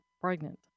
pregnant